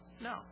No